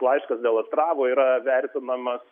laiškas dėl astravo yra vertinamas